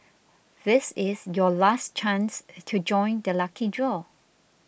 this is your last chance to join the lucky draw